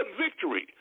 victory